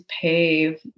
pave